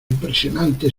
impresionante